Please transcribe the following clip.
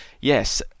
yes